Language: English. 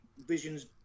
vision's